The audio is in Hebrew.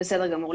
בסדר גמור.